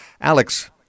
Alex